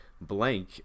blank